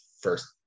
first